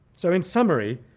so in summary,